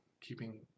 keeping